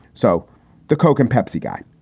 so the coke and pepsi guy,